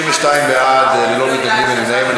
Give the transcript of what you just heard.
32 בעד, אין מתנגדים ואין נמנעים.